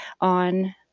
on